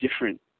different